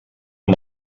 amb